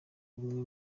bumwe